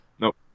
Nope